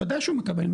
בוודאי שהוא מקבל,